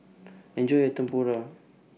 Enjoy your Tempura